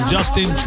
Justin